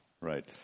Right